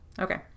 okay